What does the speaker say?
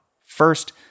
First